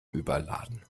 überladen